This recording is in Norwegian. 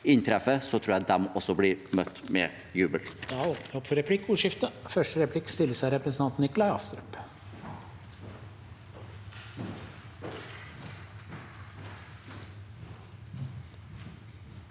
tror jeg de også blir møtt med jubel.